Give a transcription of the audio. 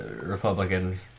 Republican